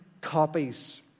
copies